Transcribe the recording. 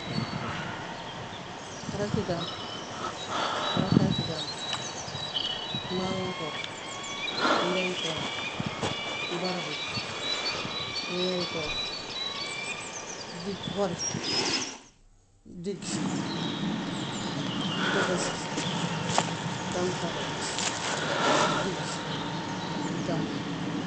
rakki gàmm, rakkaati gàmmu, maamo koor, ndeyu koor, baraxlu, weeru koor, digg, hori, diggi, tëbëski, tamxareet, diggi, gàmmu.